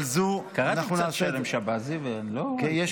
קראתי קצת שלום שבזי, ולא --- אנחנו נעשה את זה.